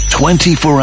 24